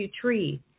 tree